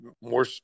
more